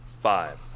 five